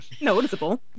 Noticeable